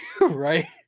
right